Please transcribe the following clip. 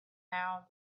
now